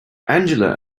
angela